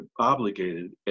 obligated